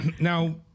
Now